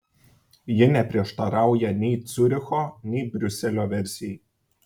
ji neprieštarauja nei ciuricho nei briuselio versijai